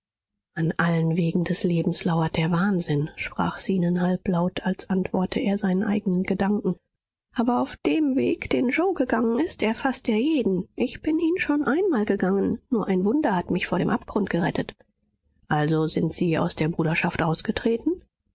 an allen wegen des lebens lauert der wahnsinn sprach zenon halblaut als antworte er seinen eigenen gedanken aber auf dem weg den yoe gegangen ist erfaßt er jeden ich bin ihn schon einmal gegangen nur ein wunder hat mich vor dem abgrund gerettet also sind sie aus der bruderschaft ausgetreten